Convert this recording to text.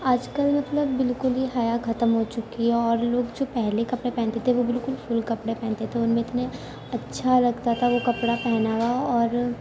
آج کل مطلب بالکل ہی حیا ختم ہو چکی ہے اور لوگ جو پہلے کپڑے پہنتے تھے وہ بالکل فل کپڑے پہنتے تھے ان میں اتنے اچھا لگتا تھا وہ کپڑا پہناوا اور